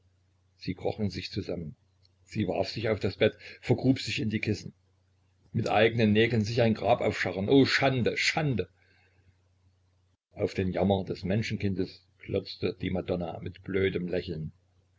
sie kroch in sich zusammen sie warf sich auf das bett vergrub sich in die kissen mit eignen nägeln sich ein grab aufscharren o schande schande auf den jammer des menschenkindes glotzte die madonna mit blödem lächeln